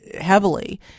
heavily